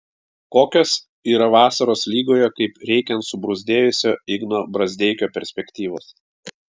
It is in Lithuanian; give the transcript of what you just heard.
kokios yra vasaros lygoje kaip reikiant subruzdėjusio igno brazdeikio perspektyvos